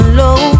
low